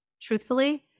truthfully